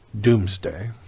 doomsday